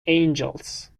angels